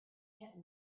kept